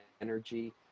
energy